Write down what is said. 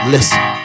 Listen